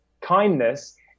kindness